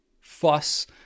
fuss